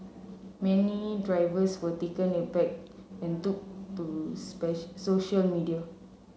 many drivers were taken aback and took to social media